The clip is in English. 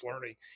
learning